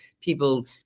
people